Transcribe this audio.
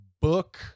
book